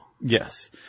Yes